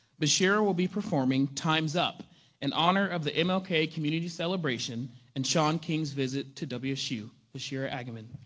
basheera will be performing time's up in honor of the mlk community celebration and shaun king's visit to wsu. basheera agyeman.